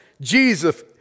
Jesus